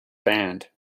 band